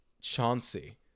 chauncey